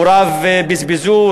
הוריו בזבזו,